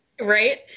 right